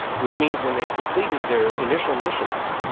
which means when they have completed their initial missions,